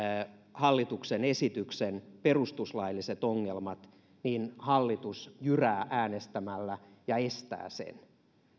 hallituksen esityksen perustuslailliset ongelmat hallitus jyrää äänestämällä ja estää sen